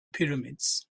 pyramids